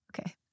Okay